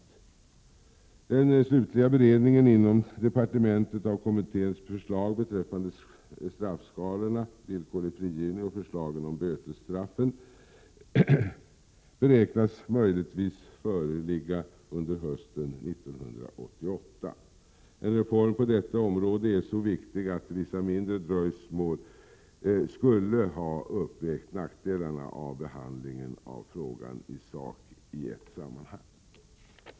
10 juni 1988 Den slutliga beredningen inom departementet av kommitténs förslag beträffande straffskalorna, villkorlig frigivning och förslagen om bötesstraffen, beräknas föreligga under hösten 1988. En reform på detta område är så viktig att vissa mindre dröjsmål skulle ha uppvägt nackdelarna av behandlingen av frågan i sak i ett sammanhang.